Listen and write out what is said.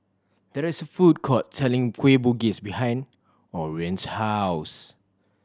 there is a food court selling Kueh Bugis behind Orion's house